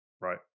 right